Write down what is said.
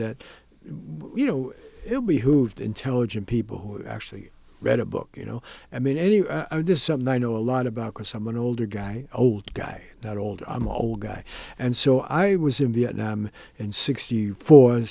that you know it behooved intelligent people who actually read a book you know i mean anyway this someone i know a lot about course i'm an older guy old guy that old i'm old guy and so i was in vietnam and sixty four